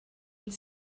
und